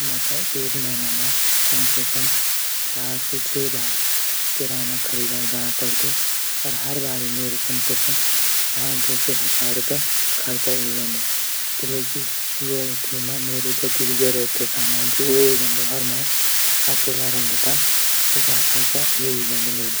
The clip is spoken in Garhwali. मितई एक मैना मा चार से छः बार किराना खरीदणै जाण पुडदू। अर. हर बार मेरू पांच सौ से हजार रूपया। खर्च ह्वे जांदू ।किलेकि ये मा मेरू जतका भी जरूरत सामान च वे ही लींदू हर मैना। अकेला रैंदो जब इतका खर्चा ह्वे ही जांदू मेरो।